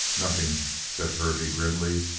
nothing, said hervey grimly.